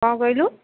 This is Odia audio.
କ'ଣ କହିଲୁ